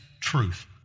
truth